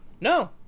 No